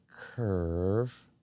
curve